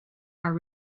are